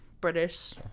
British